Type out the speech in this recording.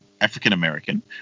African-American